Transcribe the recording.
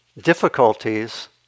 difficulties